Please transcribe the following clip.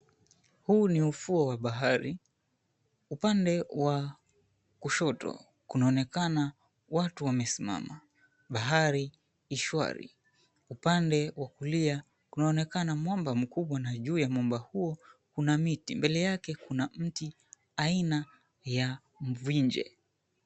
Huu ni ufuo wa bahari, upande wa kushoto kunaonekana watu wamesimama, bahari i shwari. Upande wa kulia, kunaonekana mwamba mkubwa na juu ya muumba huo una miti. Mbele yake kuna mti aina ya mvinje.